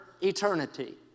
eternity